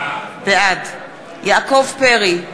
בעד יעקב פרי,